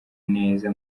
neza